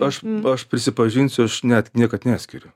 aš aš prisipažinsiu aš net niekad neskiriu